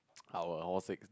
our all six